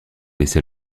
laissé